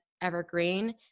evergreen